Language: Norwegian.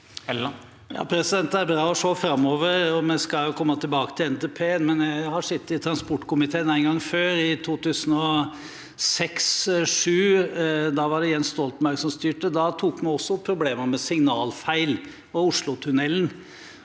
Det er bra å se framover, og vi skal komme tilbake til NTP. Jeg har sittet i transportkomiteen en gang før, i 2006–2007. Da var det Jens Stoltenberg som styrte. Vi tok også da opp problemene med signalfeil og Oslotunnelen.